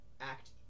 act